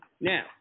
Now